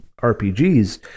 RPGs